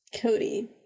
Cody